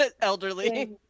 elderly